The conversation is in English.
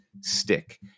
stick